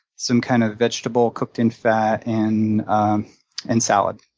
some kind of vegetable cooked in fat, and and salad.